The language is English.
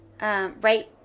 Right –